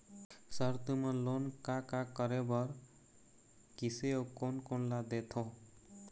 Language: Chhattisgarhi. सर तुमन लोन का का करें बर, किसे अउ कोन कोन ला देथों?